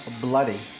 bloody